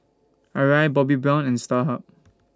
Arai Bobbi Brown and Starhub